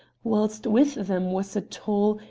whilst with them was a tall,